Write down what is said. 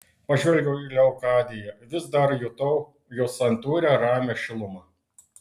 pažvelgiau į leokadiją vis dar jutau jos santūrią ramią šilumą